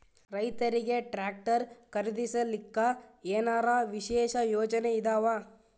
ರೈತರಿಗೆ ಟ್ರಾಕ್ಟರ್ ಖರೀದಿಸಲಿಕ್ಕ ಏನರ ವಿಶೇಷ ಯೋಜನೆ ಇದಾವ?